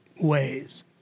ways